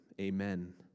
Amen